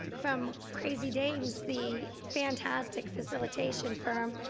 from crazy dames, the fantastic facilitation firm,